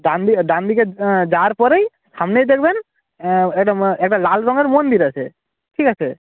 ডান দিকে ডান দিকে যাওয়ার পরেই সামনেই দেখবেন একটা একটা লাল রঙের মন্দির আছে ঠিক আছে